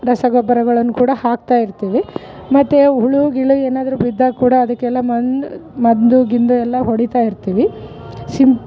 ರಸಗೊಬ್ಬರಗಳನ್ನು ಕೂಡ ಹಾಕ್ತಾ ಇರ್ತಿವಿ ಮತ್ತು ಹುಳು ಗಿಳು ಏನಾದರು ಬಿದ್ದಾಗ ಕೂಡ ಅದಕ್ಕೆಲ್ಲ ಮಣ್ಣು ಮಂದು ಗಿಂದು ಎಲ್ಲ ಹೊಡಿತಾ ಇರ್ತಿವಿ ಸಿಂಪ